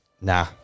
Nah